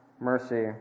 mercy